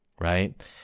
Right